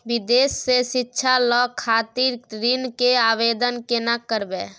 विदेश से शिक्षा लय खातिर ऋण के आवदेन केना करबे?